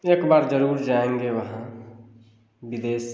एक बार जरूर जाएंगे वहाँ विदेश